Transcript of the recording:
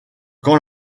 quand